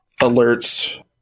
alerts